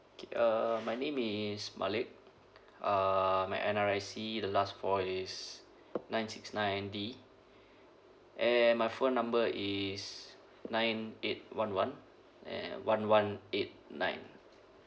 okay uh my name is malik uh my N_R_I_C the last four is nine six nine D and my phone number is nine eight one one and one one eight nine